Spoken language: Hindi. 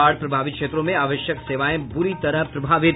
बाढ़ प्रभावित क्षेत्रों में आवश्यक सेवाएं बुरी तरह प्रभावित